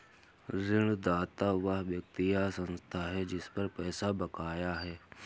ऋणदाता वह व्यक्ति या संस्था है जिस पर पैसा बकाया है